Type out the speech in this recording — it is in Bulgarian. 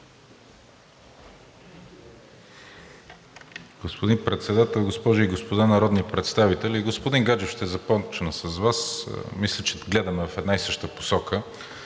Господин Председател, госпожи и господа народни представители! Господин Гаджев, ще започна с Вас. Мисля, че гледаме в една и съща посока,